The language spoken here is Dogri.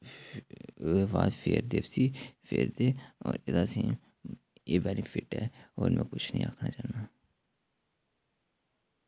ओह्दे बाद फेरदे उस्सी फेरदे और एह्दा असें ई एह् बैनिफिट ऐ और में किश निं आखना चाह्न्ना